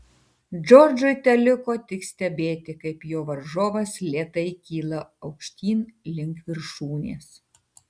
džordžui teliko tik stebėti kaip jo varžovas lėtai kyla aukštyn link viršūnės